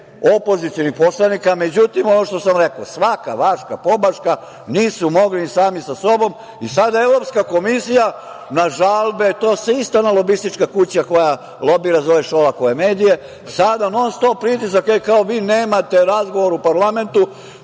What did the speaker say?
opozicionih poslanika, međutim ono što sam rekao, svaka vaška pobaška, nisu mogli ni sami sa sobom i sada EU na žalbe, to ista ona lobistička kuća koja lobira za ove Šolakove medije, non-stop pritisak, kao vi nemate razgovor u parlamentu,